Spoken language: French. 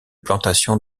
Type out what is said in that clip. plantation